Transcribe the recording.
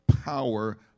power